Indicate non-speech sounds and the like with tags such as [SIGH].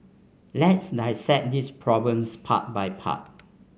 let's [UNINTELLIGIBLE] this problems part by part